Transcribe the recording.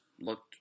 looked